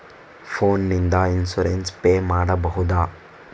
Phone ನಿಂದ insurance pay ಮಾಡಬಹುದ?